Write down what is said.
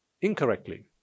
incorrectly